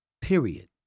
Period